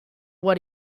what